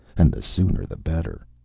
and the sooner the better.